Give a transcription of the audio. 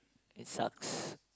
it sucks